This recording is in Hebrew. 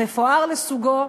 מפואר לסוגו,